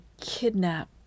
kidnap